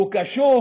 הוא קשוב